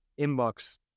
inbox